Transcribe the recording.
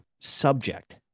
subject